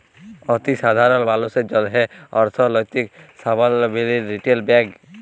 অতি সাধারল মালুসের জ্যনহে অথ্থলৈতিক সাবলম্বীদের রিটেল ব্যাংক